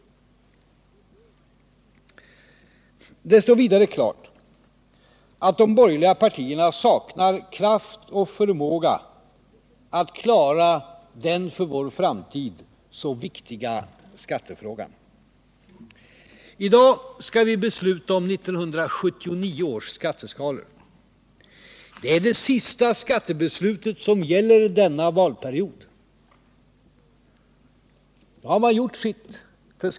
139 Det står vidare klart att de borgerliga partierna saknar kraft och förmåga att klara den för vår framtid så viktiga skattefrågan. I dag skall vi besluta om 1979 års skatteskalor. Det är det sista skattebeslutet som gäller denna valperiod.